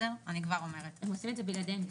הם עושים את זה בלעדינו.